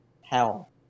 hell